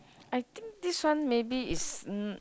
I think this one maybe is n~